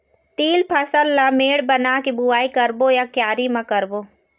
तील फसल ला मेड़ बना के बुआई करबो या क्यारी म करबो?